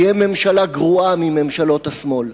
תהיה ממשלה גרועה מממשלות השמאל.